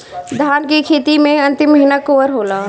धान के खेती मे अन्तिम महीना कुवार होला?